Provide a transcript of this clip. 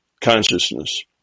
consciousness